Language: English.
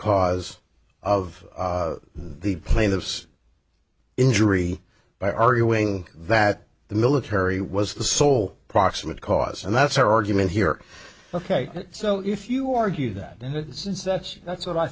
cause of the plaintiff's injury by arguing that the military was the sole proximate cause and that's our argument here ok so if you argue that and since that's that's what i